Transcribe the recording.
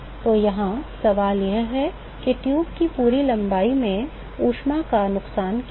तो यहाँ सवाल यह है कि ट्यूब की पूरी लंबाई में ऊष्मा का नुकसान क्या है